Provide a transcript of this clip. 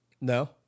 No